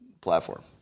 platform